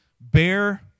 bear